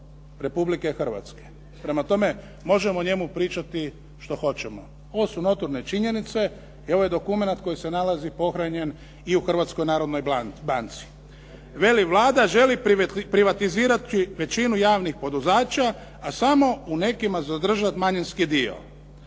Republike Hrvatske. Prema tome, možemo o njemu pričati što hoćemo. Ovo su notorne činjenice i ovo je dokument koji se nalazi pohranjen i u Hrvatskoj narodnoj banci. Veli "Vlada želi privatizirati većinu javnih poduzeća, a samo u nekima zadržati manjinski dio.